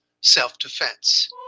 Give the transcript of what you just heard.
self-defense